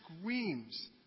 screams